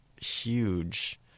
huge